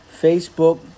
Facebook